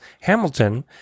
Hamilton